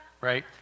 right